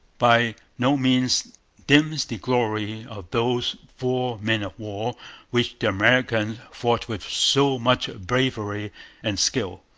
by no means dims the glory of those four men-of-war which the americans fought with so much bravery and skill,